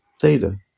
theta